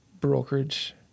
brokerage